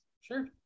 Sure